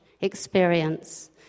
experience